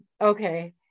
Okay